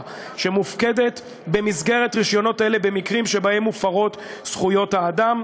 שמופקדת במסגרת רישיונות אלה במקרים שבהם מופרות זכויות האדם.